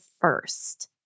first